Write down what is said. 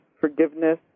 forgiveness